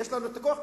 יש לנו הכוח,